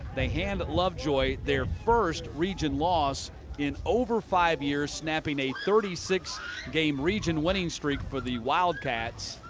they hand lovejoy their first region loss in over five years, snapping a thirty six game region winning streak for the wildcats.